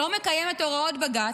שלא מקיים את הוראות בג"ץ.